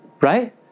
Right